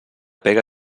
pega